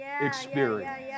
experience